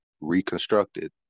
reconstructed